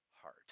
heart